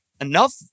enough